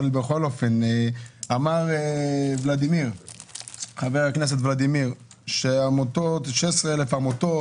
אמר חבר הכנסת ולדימיר ש-16,000 עמותות,